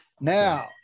Now